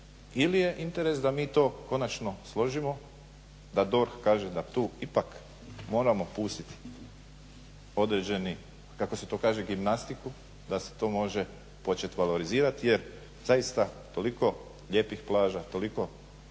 ili je interes da mi to konačno složimo da DORH kaže da tu ipak moramo pustiti određeni, kako se to kaže gimnastiku da se to može početi valorizirati jer zaista toliko lijepih plaža, toliko